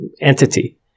entity